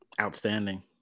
outstanding